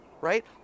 right